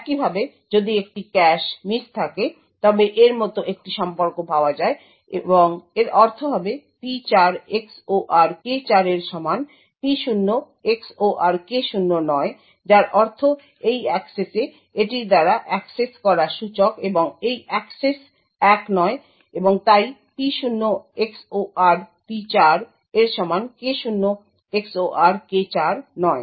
একইভাবে যদি একটি ক্যাশ মিস থাকে তবে এর মতো একটি সম্পর্ক পাওয়া যায় এবং এর অর্থ হবে P4 XOR K4 এর সমান P0 XOR K0 নয় যার অর্থ এই অ্যাক্সেসে এটির দ্বারা অ্যাক্সেস করা সূচক এবং এই অ্যাক্সেস এক নয় এবং তাই P0 XOR P4 এর সমান K0 XOR K4 নয়